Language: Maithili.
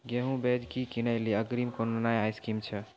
गेहूँ बीज की किनैली अग्रिम कोनो नया स्कीम छ?